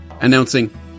announcing